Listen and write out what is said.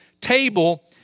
table